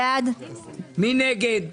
מי נגד?